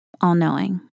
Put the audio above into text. all-knowing